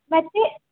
ಮತ್ತು